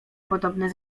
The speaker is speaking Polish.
podobne